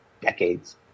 decades